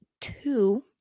Two